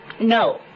No